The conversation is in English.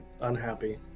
unhappy